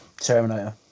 Terminator